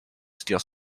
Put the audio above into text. steal